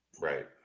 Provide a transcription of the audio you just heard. Right